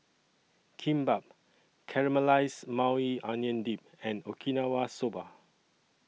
Kimbap Caramelized Maui Onion Dip and Okinawa Soba